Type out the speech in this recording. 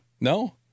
No